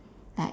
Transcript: like